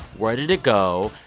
where did it go,